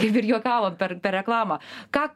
kaip ir juokavom per reklamą ką